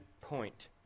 point